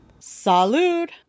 salud